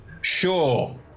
Sure